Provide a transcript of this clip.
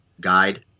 guide